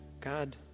God